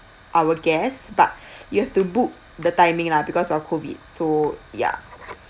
I would guess but you have to book the timing lah because of COVID so ya